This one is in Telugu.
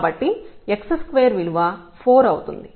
కాబట్టి x2 విలువ 4 అవుతుంది